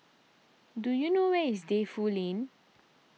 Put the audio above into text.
do you know where is Defu Lane